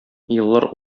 еллар